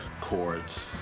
chords